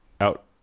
out